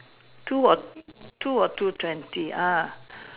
two or two or two twenty ah